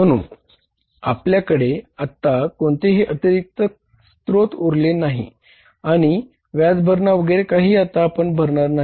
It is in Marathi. म्हणून आपल्याकडे आता कोणतेही अतिरिक्त स्रोत उरले नाही आणि व्याजभरणा वगैरे काही आता आपण भरणार नाही